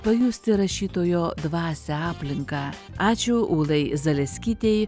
pajusti rašytojo dvasią aplinką ačiū ūlai zaleskytei